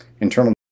internal